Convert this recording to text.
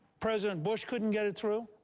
president bush couldn't get it through.